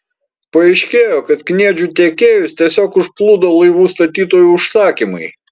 paaiškėjo kad kniedžių tiekėjus tiesiog užplūdo laivų statytojų užsakymai